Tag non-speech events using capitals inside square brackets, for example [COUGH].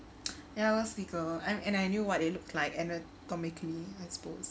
[NOISE] ya I was legal and I knew what it looked like comically I suppose